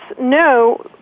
no